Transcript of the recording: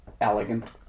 elegant